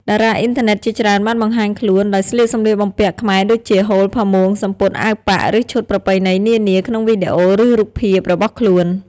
តារាអុីនធឺណិតជាច្រើនបានបង្ហាញខ្លួនដោយស្លៀកសំលៀកបំពាក់ខ្មែរដូចជា ហូល ផាមួង សំពត់ អាវប៉ាក់ ឬឈុតប្រពៃណីនានាក្នុងវីដេអូ ឬរូបភាពរបស់ខ្លួន។